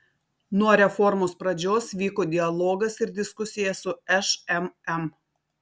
nuo reformos pradžios vyko dialogas ir diskusija su šmm